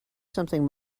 something